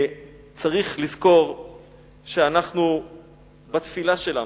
צריך לזכור שבתפילה שלנו,